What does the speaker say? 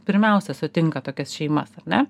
pirmiausia sutinka tokias šeimas ar ne